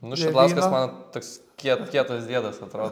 nu šidlauskas man toks kie kietas kietas diedas atrodo aš